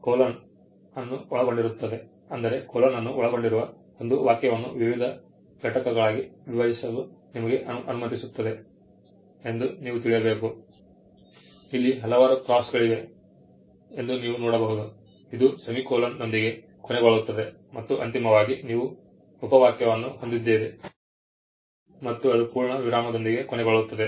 ಈಗ ಕೊಲೊನ್ ಅನ್ನು ಒಳಗೊಂಡಿರುತ್ತದೆ ಅಂದರೆ ಕೊಲೊನ್ ಅನ್ನು ಒಳಗೊಂಡಿರುವ ಒಂದು ವಾಕ್ಯವನ್ನು ವಿವಿಧ ಘಟಕಗಳಾಗಿ ವಿಭಜಿಸಲು ನಿಮಗೆ ಅನುಮತಿಸುತ್ತದೆ ಎಂದು ನೀವು ತಿಳಿಯಬೇಕು ಇಲ್ಲಿ ಹಲವಾರು ಕ್ರಾಸ್ಗಳಿವೆ ಎಂದು ನೀವು ನೋಡಬಹುದು ಇದು ಸೆಮಿಕೋಲನ್ ನೊಂದಿಗೆ ಕೊನೆಗೊಳ್ಳುತ್ತದೆ ಮತ್ತು ಅಂತಿಮವಾಗಿ ನೀವು ಉಪವಾಕ್ಯವನ್ನು ಹೊಂದಿದ್ದೀರಿ ಮತ್ತು ಅದು ಪೂರ್ಣ ವಿರಾಮದೊಂದಿಗೆ ಕೊನೆಗೊಳ್ಳುತ್ತದೆ